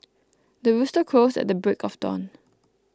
the rooster crows at the break of dawn